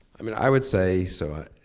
i mean, i would say, so